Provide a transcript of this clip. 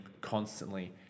constantly